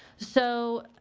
so,